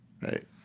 Right